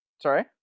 sorry